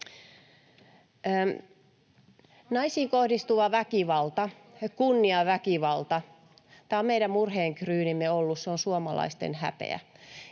Naisiin kohdistuva väkivalta, kunniaväkivalta, on meidän murheenkryynimme ollut. Se on suomalaisten häpeä.